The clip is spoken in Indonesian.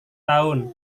tahun